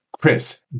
Chris